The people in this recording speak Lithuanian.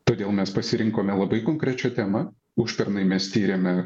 todėl mes pasirinkome labai konkrečią temą užpernai mes tyrėme